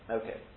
okay